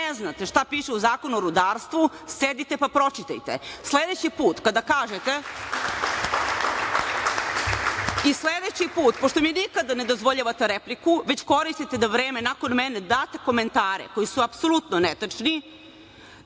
šta piše u Zakonu o rudarstvu, sedite pa pročitajte. Sledeći put, pošto mi nikad ne dozvoljavate repliku već koristite da vreme nakon mene date komentare koji su apsolutno netačni,